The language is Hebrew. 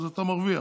אז אתה מרוויח,